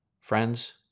friends